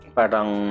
parang